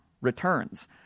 returns